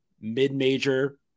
mid-major